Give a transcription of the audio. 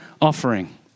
offering